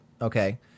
Okay